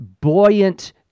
buoyant